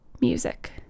music